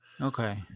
okay